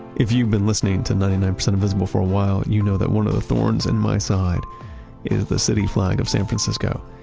if you've been listening to ninety nine percent invisible for a while, you know that one of the thorns in my side is the city flag of san francisco.